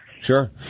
Sure